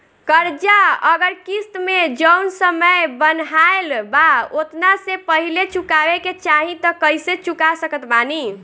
कर्जा अगर किश्त मे जऊन समय बनहाएल बा ओतना से पहिले चुकावे के चाहीं त कइसे चुका सकत बानी?